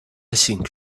think